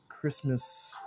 Christmas